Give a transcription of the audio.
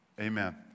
Amen